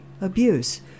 abuse